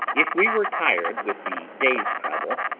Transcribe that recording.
if we were tired with the day's travel,